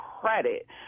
credit